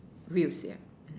views yeah